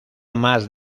más